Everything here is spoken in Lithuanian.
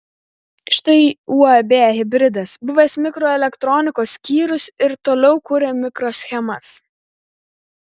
štai uab hibridas buvęs mikroelektronikos skyrius ir toliau kuria mikroschemas